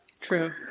True